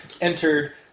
entered